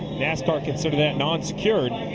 nascar considers that nonsecured.